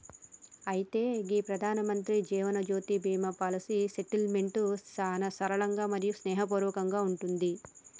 అయితే గీ ప్రధానమంత్రి జీవనజ్యోతి బీమా పాలసీ సెటిల్మెంట్ సానా సరళంగా మరియు స్నేహపూర్వకంగా ఉంటుంది